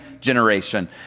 generation